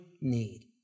need